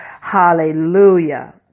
Hallelujah